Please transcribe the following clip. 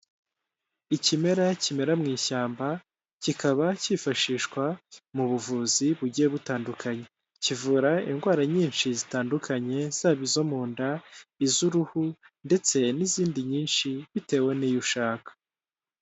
Ikimera kimera mu ishyamba kikaba cyifashishwa mu buvuzi bugiye butandukanye, kivura indwara nyinshi zitandukanye zaba izo mu nda, iz'uruhu ndetse n'izindi nyinshi bitewe n'iyo ushaka.